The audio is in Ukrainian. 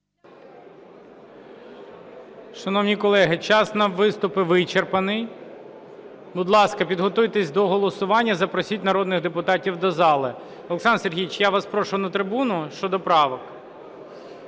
Шановні колеги, час на виступи вичерпаний. Будь ласка, підготуйтесь до голосування. Запросіть народних депутатів до зали. Олександр Сергійович, я вас прошу на трибуну щодо правок.